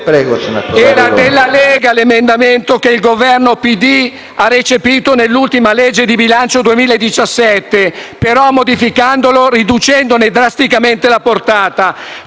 Era della Lega l'emendamento che il Governo PD ha recepito nell'ultima legge di bilancio 2017, ma modificandolo e riducendone drasticamente la portata,